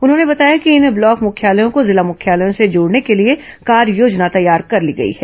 उन्होंने बताया कि इन ब्लॉक मुख्यालयों को जिला मुख्यालयों से जोडने के लिए कार्ययोजना तैयार कर ली गई है